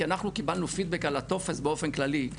כי אנחנו קיבלנו פידבק על הטופס באופן כללי,